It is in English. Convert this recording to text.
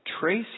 Trace